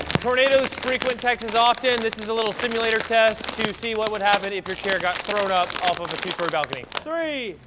tornadoes frequent texas often. this is a little simulator test to see what would happen if your chair got thrown up off of a two story balcony. three,